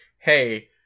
hey